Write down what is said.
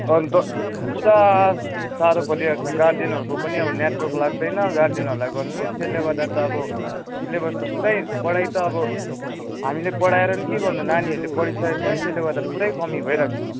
अन्त पुरा साह्रो परिरहेको छ गार्जेनहरूको पनि अब नेटवर्क लाग्दैन गार्जेनहरूलाई गर्नु नि त्यसले गर्दा त अब सिलेबस त पुरै पढाई त अब हामीले पढाएर पनि के गर्नु नानीहरूले पढिसकेको छैन त्यसले गर्दा पुरै कमी भइरहेको छ नि